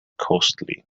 costly